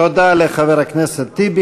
תודה לחבר הכנסת טיבי.